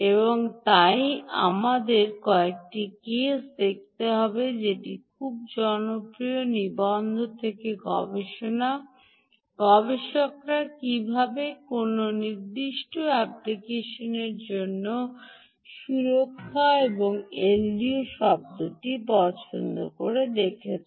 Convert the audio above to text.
এবং তাই আমাদের কয়েকটি কেস দেখতে হবে খুব জনপ্রিয় নিবন্ধ থেকে গবেষণা গবেষকরা কীভাবে কোনও নির্দিষ্ট অ্যাপ্লিকেশনের জন্য সুরক্ষা এবং একটি এলডিওর পছন্দটি দেখেছেন